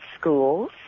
schools